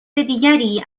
دیگری